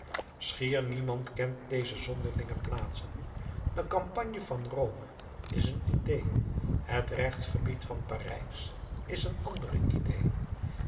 schier niemand kent deze zonderlinge plaatsen de campagne van rome is een idée het rechtsgebied van parijs is een andere idée